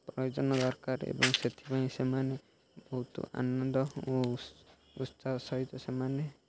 ପ୍ରୟୋଜନ ଦରକାର ଏବଂ ସେଥିପାଇଁ ସେମାନେ ବହୁତ ଆନନ୍ଦ ଓ ଉତ୍ସାହ ସହିତ ସେମାନେ